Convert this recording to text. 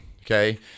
Okay